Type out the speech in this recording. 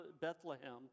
Bethlehem